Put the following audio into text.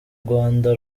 rwanda